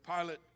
Pilate